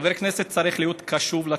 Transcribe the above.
חבר כנסת צריך להיות קשוב לציבור.